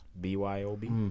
B-Y-O-B